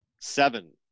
Seven